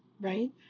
right